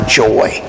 joy